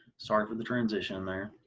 sorry for the transition there.